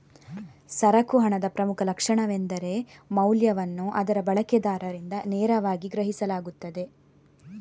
ಸರಕು ಹಣದ ಪ್ರಮುಖ ಲಕ್ಷಣವೆಂದರೆ ಮೌಲ್ಯವನ್ನು ಅದರ ಬಳಕೆದಾರರಿಂದ ನೇರವಾಗಿ ಗ್ರಹಿಸಲಾಗುತ್ತದೆ